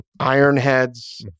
Ironheads